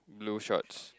blue shorts